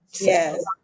Yes